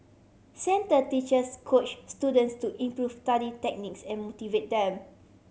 centre teachers coach students to improve study techniques and motivate them